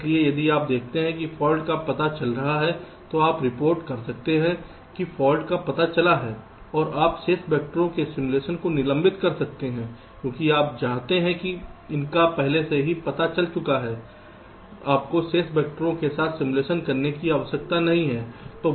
इसलिए यदि आप देखते हैं कि फाल्ट का पता चल रहा है तो आप रिपोर्ट कर सकते हैं कि फाल्ट का पता चला है और आप शेष वैक्टरों के सिमुलेशन को निलंबित कर सकते हैं क्योंकि आप जानते हैं कि इनका पहले से ही पता चल चुका है आपको शेष वैक्टरों के साथ सिमुलेशन करने की आवश्यकता नहीं है